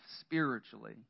spiritually